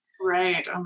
right